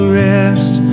rest